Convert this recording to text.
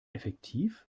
effektiv